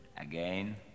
Again